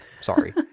Sorry